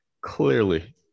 Clearly